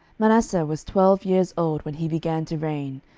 manasseh was twelve years old when he began to reign,